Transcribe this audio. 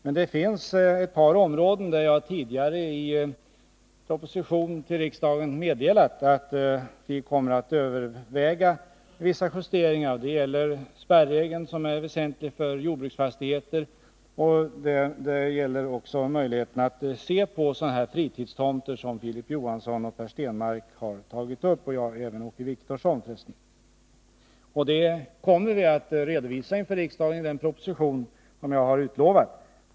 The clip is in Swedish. Men det finns ett par områden där jag tidigare i proposition till riksdagen meddelat att vi kommer att överväga vissa justeringar. Det gäller spärregeln, som är väsentlig för jordbruksfastigheter, och det gäller möjligheterna att se på sådana fritidstomter som Filip Johansson, Per Stenmarck och även Åke Wictorsson tagit upp. Detta kommer att redovisas för riksdagen i den proposition som jag har utlovat.